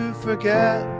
forget